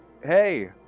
Hey